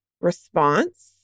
response